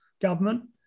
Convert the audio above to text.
government